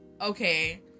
okay